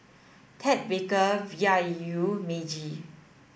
Ted Baker V I U Meiji